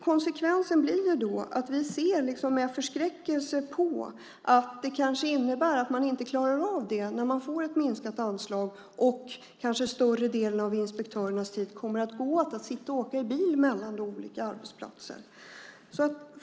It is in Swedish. Konsekvensen blir att vi ser med förskräckelse på att det kanske innebär att man inte klarar av det när man får ett minskat anslag. Större delen av inspektörernas tid kommer att gå åt till att sitta och åka i bil mellan olika arbetsplatser.